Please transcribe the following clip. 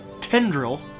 tendril